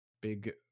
big